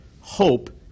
hope